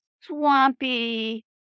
swampy